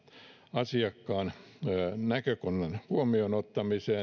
asiakkaan näkökannan huomioon ottamiseen